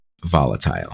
volatile